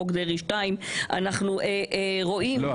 בחוק דרעי 2. לא,